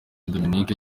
dominique